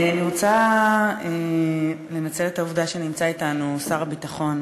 אני רוצה לנצל את העובדה שנמצא אתנו שר הביטחון,